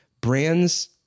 Brands